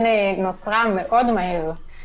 אותה מערכת מחשובית נוצרה מאוד מהר.